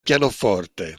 pianoforte